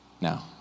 Now